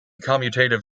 commutative